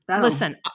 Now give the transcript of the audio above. Listen